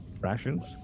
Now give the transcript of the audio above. Rations